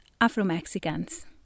Afro-Mexicans